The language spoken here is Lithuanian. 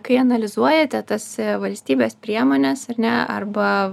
kai analizuojate tas valstybės priemones ar ne arba